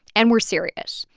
and we're serious.